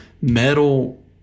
metal